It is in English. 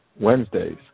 Wednesdays